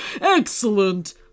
excellent